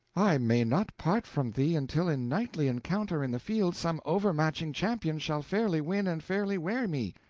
i may not part from thee until in knightly encounter in the field some overmatching champion shall fairly win and fairly wear me.